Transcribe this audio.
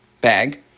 bag